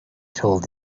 told